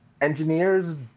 engineers